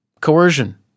coercion